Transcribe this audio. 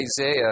Isaiah